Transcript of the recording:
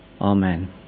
Amen